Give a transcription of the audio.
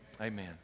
Amen